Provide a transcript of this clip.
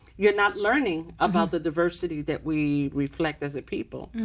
you're not learning about the diversity that we reflect as a people.